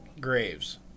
Graves